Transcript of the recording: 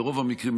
ברוב המקרים,